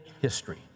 history